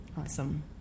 Awesome